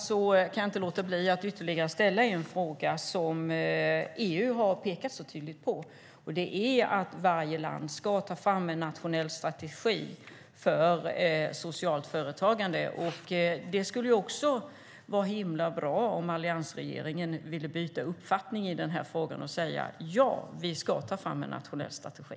Jag kan inte låta bli att ta upp ytterligare en sak som EU så tydligt har pekat på, nämligen att varje land ska ta fram en nationell strategi för socialt företagande. Det skulle vara mycket bra om alliansregeringen ville byta uppfattning i denna fråga och säga att man ska ta fram en nationell strategi.